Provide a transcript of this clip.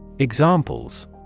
Examples